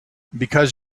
because